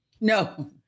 No